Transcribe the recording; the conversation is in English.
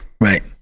Right